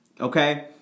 Okay